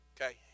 Okay